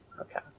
Okay